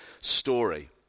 story